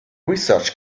research